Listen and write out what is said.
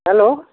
hello